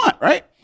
right